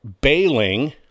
bailing